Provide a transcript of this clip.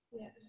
Yes